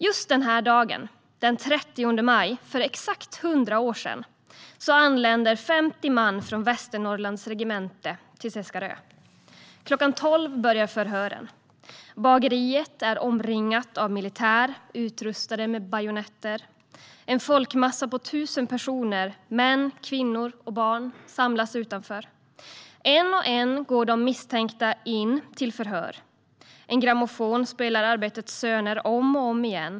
Just denna dag, den 30 maj, för exakt 100 år sedan anländer 50 man från Västernorrlands regemente till Seskarö. "Klockan tolv börjar förhören. Erikssons bageri är omringat av militär med påskruvade bajonetter. En folkmassa på tusen personer, män, kvinnor och barn, samlas utanför bageriet. En och en går de misstänkta in till förhör. En grammofon spelar Arbetets söner om och om igen.